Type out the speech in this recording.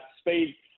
speed